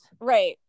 right